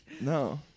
no